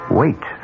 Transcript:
wait